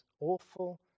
awful